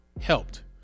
helped